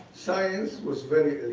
science was very